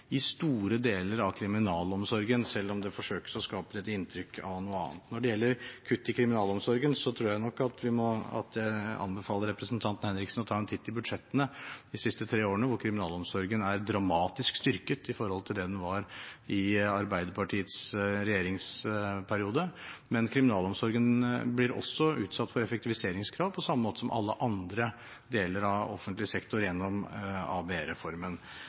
i store deler av kriminalomsorgen, selv om det forsøkes skapt et inntrykk av noe annet. Når det gjelder kutt i kriminalomsorgen, tror jeg nok at jeg anbefaler representanten Henriksen å ta en titt i budsjettene for de siste tre årene, hvor kriminalomsorgen er dramatisk styrket i forhold til det den var i Arbeiderpartiets regjeringsperiode. Men kriminalomsorgen blir også utsatt for effektiviseringskrav, på samme måte som alle andre deler av offentlig sektor, gjennom